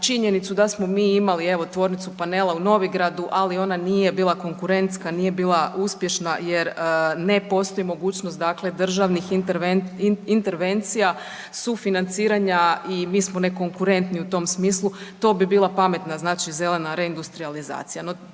činjenicu da smo mi imali, evo, tvornicu panela u Novigradu, ali ona nije bila konkurentska, nije bila uspješna jer ne postoji mogućnost dakle, državnih intervencija sufinanciranja i mi smo nekonkurentni u tom smislu. To bi bila pametna znači zelena reindustrijalizacija.